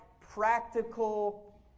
practical